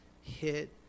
hit